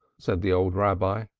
said the old rabbi,